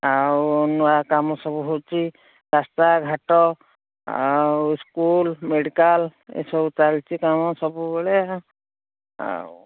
ଆଉ ନୂଆ କାମ ସବୁ ହେଉଛି ରାସ୍ତା ଘାଟ ଆଉ ସ୍କୁଲ୍ ମେଡ଼ିକାଲ୍ ଏସବୁ ଚାଲିଛି କାମ ସବୁବେଳେ ଆଉ